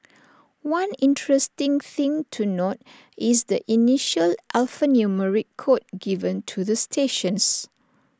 one interesting thing to note is the initial alphanumeric code given to the stations